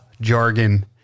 jargon